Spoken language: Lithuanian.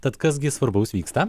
tad kas gi svarbaus vyksta